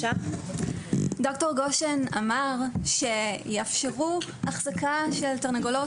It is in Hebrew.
דוקטור גשן אמר שיאפשרו החזקה של תרנגולות